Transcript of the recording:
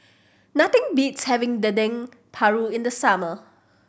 nothing beats having Dendeng Paru in the summer